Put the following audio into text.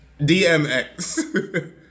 DMX